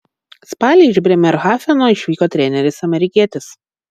spalį iš brėmerhafeno išvyko treneris amerikietis